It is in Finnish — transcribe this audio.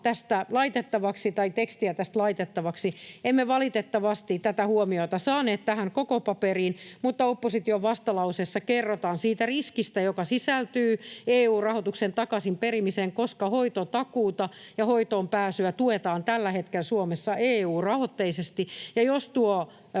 tai tekstiä tästä laitettavaksi, emme valitettavasti tätä huomiota saaneet tähän koko paperiin, mutta opposition vastalauseessa kerrotaan siitä riskistä, joka sisältyy EU-rahoituksen takaisin perimiseen, koska hoitotakuuta ja hoitoonpääsyä tuetaan tällä hetkellä Suomessa EU-rahoitteisesti.